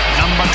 number